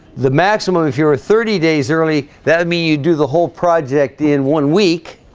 the maximum if your ah thirty days early that means you do the whole project in one week